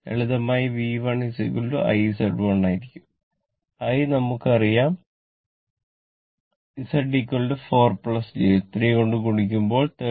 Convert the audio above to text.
ലളിതമായി V1 I Z1 ആയിരിക്കും I നമുക്ക് അറിയാം Z 4 j 3 കൊണ്ട് ഗുണിക്കുബോൾ 38